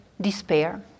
despair